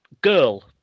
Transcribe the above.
girl